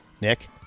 Nick